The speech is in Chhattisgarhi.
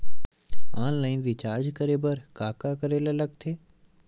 ऑनलाइन रिचार्ज करे बर का का करे ल लगथे?